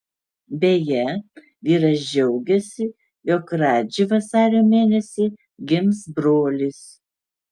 beje vyras džiaugėsi jog radži vasario mėnesį gims brolis